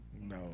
No